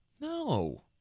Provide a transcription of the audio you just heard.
no